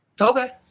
Okay